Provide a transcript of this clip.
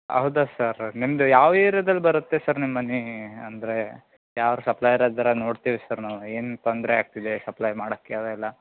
ಹೌದ ಸರ್ ನಿಮ್ಮದು ಯಾವ ಏರಿಯದಲ್ಲಿ ಬರುತ್ತೆ ಸರ್ ನಿಮ್ಮ ಮನೆ ಅಂದರೆ ಯಾರು ಸಪ್ಲೈಯರ್ ಇದ್ದಾರೆ ನೋಡ್ತೀವಿ ಸರ್ ನಾವು ಏನು ತೊಂದರೆ ಆಗ್ತಿದೆ ಸಪ್ಲೈ ಮಾಡೋಕ್ಕೆ ಅವೆಲ್ಲ